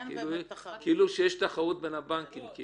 כאילו שיש תחרות בין הבנקים.